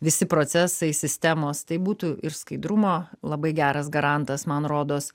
visi procesai sistemos tai būtų ir skaidrumo labai geras garantas man rodos